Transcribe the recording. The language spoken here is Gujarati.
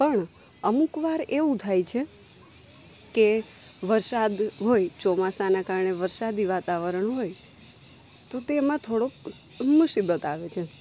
પણ અમુક વાર એવું થાય છે કે વરસાદ હોય ચોમાસાના કારણે વરસાદી વાતાવરણ હોય તો તેમાં થોડોક મુસીબત આવે છે